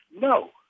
No